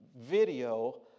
video